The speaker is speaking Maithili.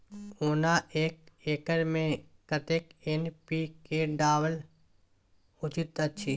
ओना एक एकर मे कतेक एन.पी.के डालब उचित अछि?